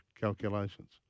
calculations